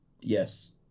yes